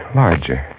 larger